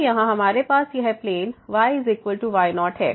तो यहाँ हमारे पास यह प्लेन yy0 है